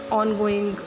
ongoing